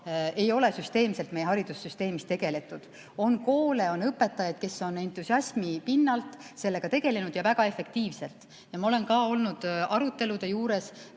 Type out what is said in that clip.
ei ole süsteemselt meie haridussüsteemis tegeletud. On koole, on õpetajaid, kes on entusiasmi pinnalt sellega tegelenud – ja väga efektiivselt. Ja ma olen olnud arutelude juures